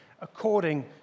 according